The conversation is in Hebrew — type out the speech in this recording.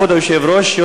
כבוד היושב-ראש,